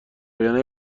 وگرنه